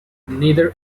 neither